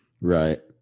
Right